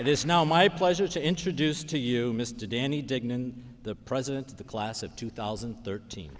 it is now my pleasure to introduce to you mr danny dignan the president of the class of two thousand and thirteen